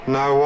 no